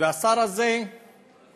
והשר הזה פשוט